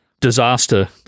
disaster